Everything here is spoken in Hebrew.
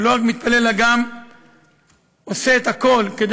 ולא רק מתפלל אלא גם עושה את הכול כדי